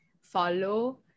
follow